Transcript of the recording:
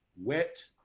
wet